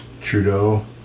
Trudeau